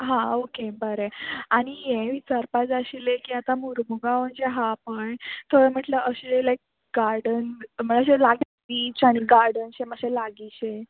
हां ओके बरें आनी हे विचारपा जाय आशिल्ले की आतां मुर्मुगांव जें आहा पळय थंय म्हटल्यार अशें लायक गार्डन म्हळ्यार अशें बीच आनी गार्डनशें मातशें लागींशें